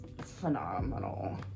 phenomenal